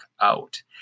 out